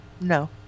No